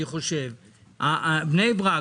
בני ברק,